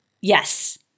Yes